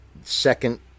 second